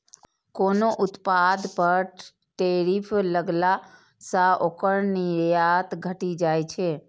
कोनो उत्पाद पर टैरिफ लगला सं ओकर निर्यात घटि जाइ छै